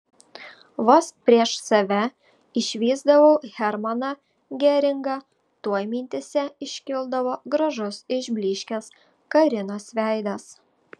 vos prieš save išvysdavau hermaną geringą tuoj mintyse iškildavo gražus išblyškęs karinos veidas